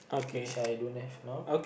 which I don't have now